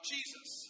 Jesus